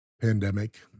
pandemic